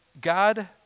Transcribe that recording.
God